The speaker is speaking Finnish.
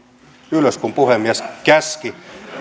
ylös kun puhemies käski